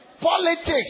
Politics